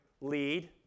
lead